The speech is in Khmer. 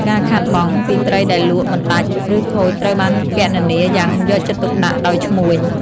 ការខាតបង់ ពីត្រីដែលលក់មិនដាច់ឬខូចត្រូវបានគណនាយ៉ាងយកចិត្តទុកដាក់ដោយឈ្មួញ។